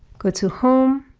go to home,